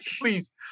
please